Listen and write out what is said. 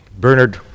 Bernard